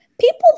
people